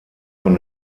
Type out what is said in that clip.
von